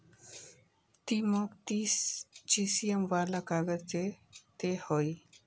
ती मौक तीस जीएसएम वाला काग़ज़ दे ते हैय्